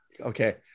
okay